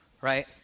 right